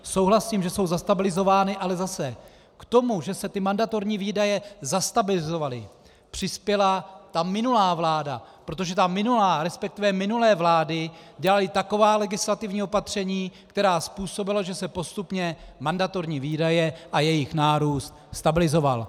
Souhlasím, že jsou zastabilizovány, ale zase k tomu, že se mandatorní výdaje zastabilizovaly, přispěla minulá vláda, protože minulé vlády dělaly taková legislativní opatření, která způsobila, že se postupně mandatorní výdaje a jejich nárůst stabilizovaly.